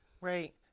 Right